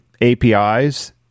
APIs